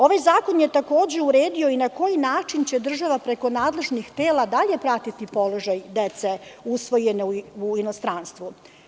Ovaj zakon je takođe uredio i na koji način će država preko nadležnih tela dalje pratiti položaj dece usvojene u inostranstvu.